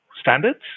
standards